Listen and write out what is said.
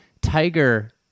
Tiger